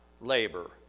labor